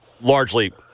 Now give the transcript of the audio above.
largely